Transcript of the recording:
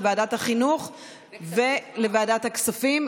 לוועדת החינוך ולוועדת הכספים.